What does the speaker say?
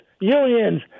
unions